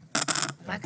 ברשותכם,